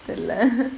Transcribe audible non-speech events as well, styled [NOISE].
தெரில:therila [LAUGHS]